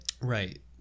Right